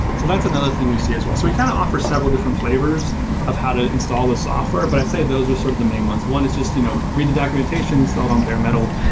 so that's another thing we see as well. we kind of offer several different flavors of how to install the software, but i'd say those are sort of the main ones. one is just you know read the documentation, install it on bare metal.